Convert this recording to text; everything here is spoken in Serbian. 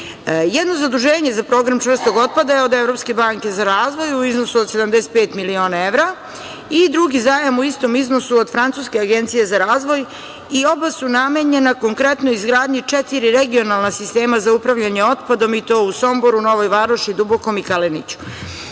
Jedno zaduženje za program čvrstog otpada od Evropske banke za razvoj, u iznosu od 75 miliona evra, i drugi zajam u istom iznosu od Francuske Agencije za razvoj, i oba su namenjena konkretno izgradnji četiri regionalna sistema za upravljanje otpadom i to u Somboru, Novoj Varoši, Dubokom i Kaleniću. Treći